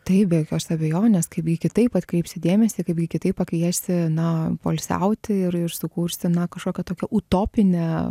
taip be jokios abejonės kaipgi kitaip atkreipsi dėmesį kaipgi kitaip pakviesi na poilsiauti ir ir sukursi na kažkokią tokią utopinę